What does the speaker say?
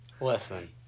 Listen